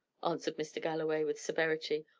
answered mr. galloway, with severity.